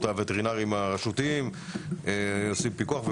הווטרינרים הרשותיים היו עושים פיקוח.